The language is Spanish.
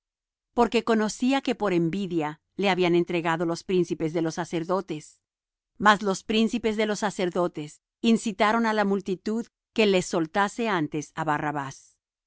porque conocía que por envidia le habían entregado los príncipes de los sacerdotes mas los príncipes de los sacerdotes incitaron á la multitud que les soltase antes á barrabás